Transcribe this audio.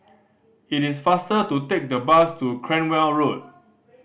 it is faster to take the bus to Cranwell Road